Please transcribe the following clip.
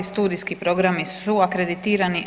Studijski programi su akreditirani.